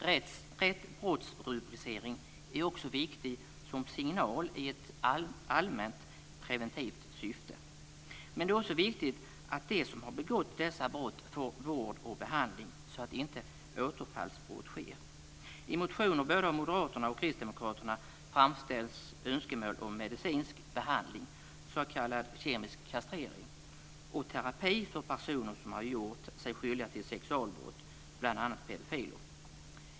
Rätt brottsrubricering är också viktig som signal i ett allmänt preventivt syfte. Men det är också viktigt att de som har begått dessa brott får vård och behandling så att återfallsbrott inte sker. I motioner av både Moderaterna och Kristdemokraterna framställs önskemål om medicinsk behandling, s.k. kemisk kastrering, och terapi för personer som har gjort sig skyldiga till sexualbrott, bl.a. pedofiler.